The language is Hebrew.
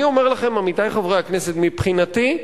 אני אומר לכם, עמיתי חברי הכנסת, מבחינתי,